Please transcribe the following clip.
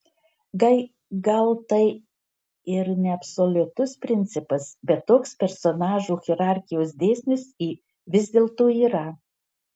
gal tai ir neabsoliutus principas bet toks personažų hierarchijos dėsnis vis dėlto yra